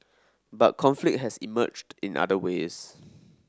but conflict has emerged in other ways